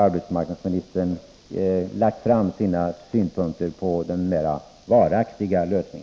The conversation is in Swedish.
Arbetsmarknadsministern har ännu inte lagt fram sina synpunkter på denna mera varaktiga lösning.